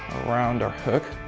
around our hook.